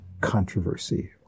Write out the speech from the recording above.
controversy